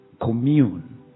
commune